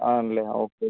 ആണല്ലേ ആ ഓക്കെ